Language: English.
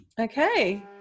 okay